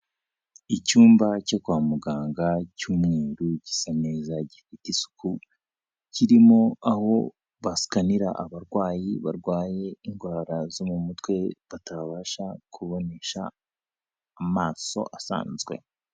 Icyumba cyo kwa muganga cy'umweru gisa neza gifite isuku, kirimo aho basikanira abarwayi barwaye indwara zo mu mutwe batabasha kubonesha amaso asanzwe.